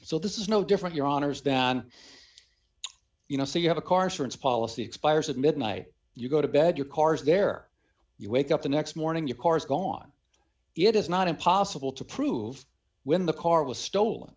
so this is no different your honour's than you know so you have a car science policy expires at midnight you go to bed your car's there you wake up the next morning your car is gone it is not impossible to prove when the car was stolen